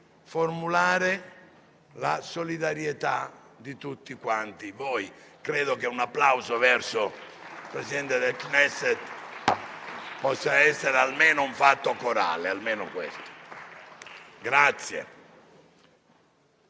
formulare la solidarietà di tutti quanti